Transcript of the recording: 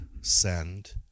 send